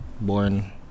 Born